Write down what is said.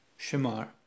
shemar